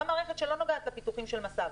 גם מערכת שלא נוגעת בפיתוחים של מס"ב,